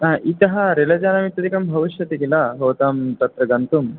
इतः रेलयानमित्यादिकं भविष्यति किल भवतां तत्र गन्तुं